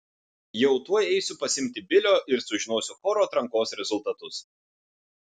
jau tuoj eisiu pasiimti bilio ir sužinosiu choro atrankos rezultatus